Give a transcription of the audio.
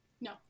No